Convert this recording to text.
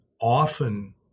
often